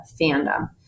fandom